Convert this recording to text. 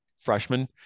freshman